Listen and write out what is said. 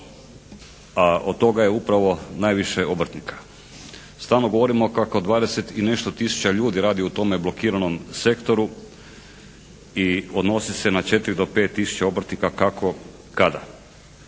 a od toga je upravo najviše obrtnika. Stalno govorimo kako 20 i nešto tisuća ljudi radi u tome blokiranom sektoru i odnosi se na 4 do 5 tisuća obrtnika kako kada.